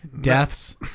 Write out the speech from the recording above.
Deaths